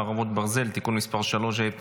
חרבות ברזל) (תיקון מס' 3),